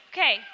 Okay